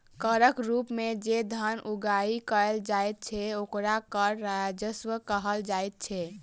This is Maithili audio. करक रूप मे जे धन उगाही कयल जाइत छै, ओकरा कर राजस्व कहल जाइत छै